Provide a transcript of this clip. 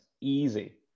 easy